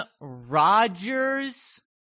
Rodgers